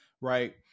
right